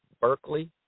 Berkeley